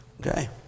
Okay